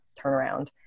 turnaround